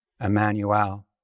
Emmanuel